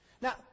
Now